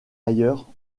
ailleurs